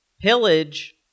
pillage